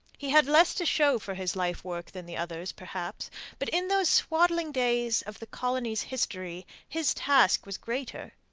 he had less to show for his life-work than the others, perhaps but in those swaddling days of the colony's history his task was greater.